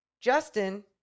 justin